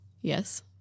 Yes